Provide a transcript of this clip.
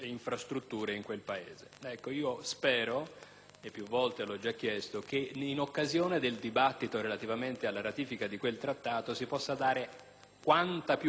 e più volte l'ho già chiesto - che in occasione del dibattito che si svolgerà in merito alla ratifica di quel Trattato si possa dare quanta più possibilità agli italiani di conoscere ciò che